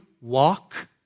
walk